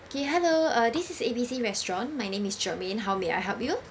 okay hello this is A B C restaurant my name is germaine how may I help you